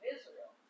Israel